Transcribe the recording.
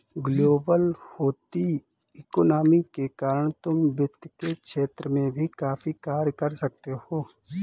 global होती economy के कारण तुम वित्त के क्षेत्र में भी काफी कार्य कर सकते हो